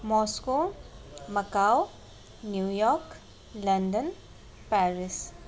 Moscow Macau New York London Paris